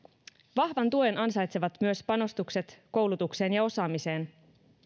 vahvan tuen ansaitsevat myös panostukset koulutukseen ja osaamiseen